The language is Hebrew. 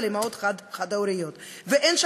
על אימהות חד-הוריות.